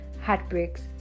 heartbreaks